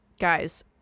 guys